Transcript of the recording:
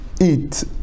eat